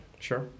Sure